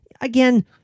again